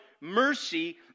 mercy